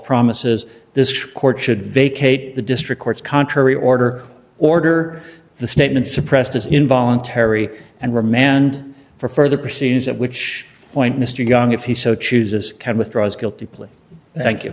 promises this court should vacate the district court's contrary order order the statement suppressed as involuntary and remand for further proceedings at which point mr young if he so chooses